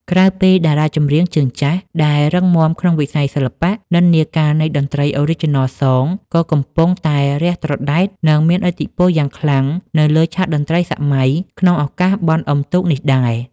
ក្រៅពីតារាចម្រៀងជើងចាស់ដែលរឹងមាំក្នុងវិស័យសិល្បៈ និន្នាការនៃតន្ត្រី Original Song ក៏កំពុងតែរះត្រដែត និងមានឥទ្ធិពលយ៉ាងខ្លាំងនៅលើឆាកតន្ត្រីសម័យក្នុងឱកាសបុណ្យអុំទូកនេះដែរ។